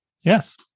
Yes